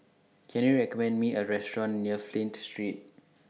Can YOU recommend Me A Restaurant near Flint Street